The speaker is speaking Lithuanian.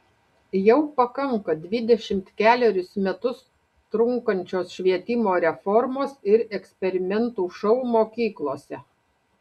jau pakanka dvidešimt kelerius metus trunkančios švietimo reformos ir eksperimentų šou mokyklose